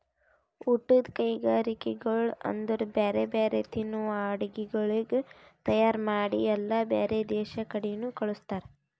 ಊಟದ್ ಕೈಗರಿಕೆಗೊಳ್ ಅಂದುರ್ ಬ್ಯಾರೆ ಬ್ಯಾರೆ ತಿನ್ನುವ ಅಡುಗಿಗೊಳ್ ತೈಯಾರ್ ಮಾಡಿ ಎಲ್ಲಾ ಬ್ಯಾರೆ ದೇಶದ ಕಡಿನು ಕಳುಸ್ತಾರ್